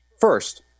First